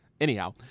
Anyhow